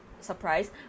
surprise